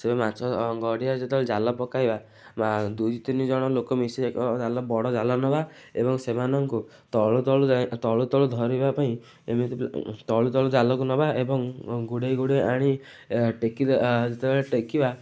ସେ ମାଛ ଗଡ଼ିଆରେ ଯେତେବେଳେ ଜାଲ ପକା ଇବା ଦୁଇ ତିନି ଜଣ ଲୋକ ମିଶି ଆଗ ବଡ଼ ଜାଲ ନେବା ଏବଂ ସେମାନଙ୍କୁ ତଳୁ ତଳୁ ତଳୁ ତଳୁ ଧରିବା ପାଇଁ ଏମିତି ତଳୁ ତଳୁ ଜାଲକୁ ନେବା ଏବଂ ଗୁଡ଼ାଇ ଗୁଡ଼ାଇ ଆଣି ଟେକି ଯେତେବେଳେ ଟେକିବା